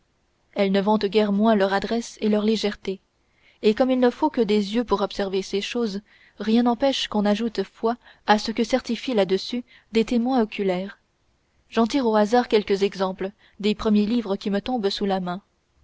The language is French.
elles ne vantent guère moins leur adresse et leur légèreté et comme il ne faut que des yeux pour observer ces choses rien n'empêche qu'on n'ajoute foi à ce que certifient là-dessus des témoins oculaires j'en tire au hasard quelques exemples des premiers livres qui me tombent sous la main